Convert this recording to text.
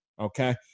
okay